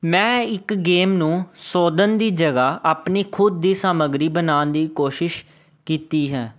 ਮੈਂ ਇੱਕ ਗੇਮ ਨੂੰ ਸੋਧਣ ਦੀ ਜਗ੍ਹਾ ਆਪਣੀ ਖੁਦ ਦੀ ਸਮੱਗਰੀ ਬਣਾਉਣ ਦੀ ਕੋਸ਼ਿਸ਼ ਕੀਤੀ ਹੈ